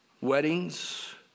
Weddings